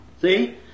see